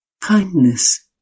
kindness